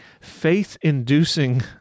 faith-inducing